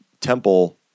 temple